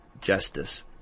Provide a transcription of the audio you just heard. justice